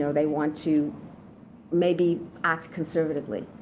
so they want to maybe act conservatively.